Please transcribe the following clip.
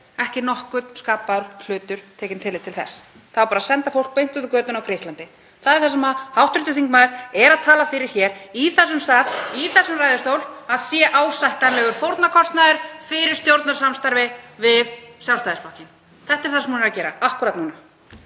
ekki vitund tekið tillit til þess. Það á bara að senda fólk beint út á götuna í Grikklandi. Það er það sem hv. þingmaður er að tala fyrir hér í þessum sal, í þessum ræðustól, að sé ásættanlegur fórnarkostnaður fyrir stjórnarsamstarf við Sjálfstæðisflokkinn. Þetta er það sem hún er að gera akkúrat núna.